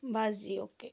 ਬਸ ਜੀ ਓਕੇ